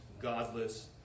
godless